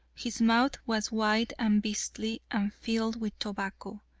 his mouth was wide and beastly, and filled with tobacco.